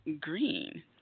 green